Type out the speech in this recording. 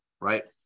right